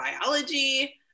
biology